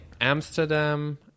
Amsterdam